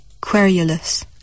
Querulous